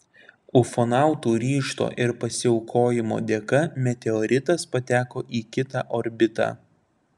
ufonautų ryžto ir pasiaukojimo dėka meteoritas pateko į kitą orbitą